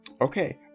okay